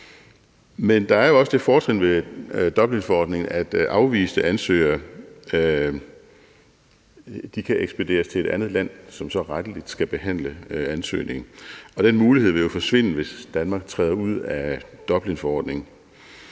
Men der er jo også det fortrin ved Dublinforordningen, at afviste ansøgere kan ekspederes til et andet land, som så rettelig skal behandle ansøgningen. Den mulighed ville jo forsvinde, hvis Danmark træder ud af Dublinforordningen.